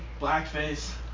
blackface